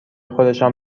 خودشان